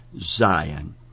Zion